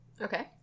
Okay